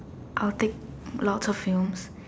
I'll take lots of films